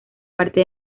parte